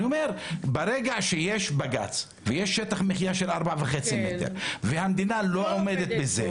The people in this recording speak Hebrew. ברגע שיש בג"ץ ויש שטח מחייה של 4.5 מטר והמדינה לא עומדת בזה,